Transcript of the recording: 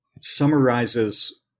summarizes